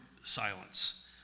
silence